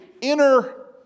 inner